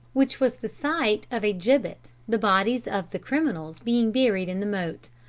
which was the site of a gibbet, the bodies of the criminals being buried in the moat.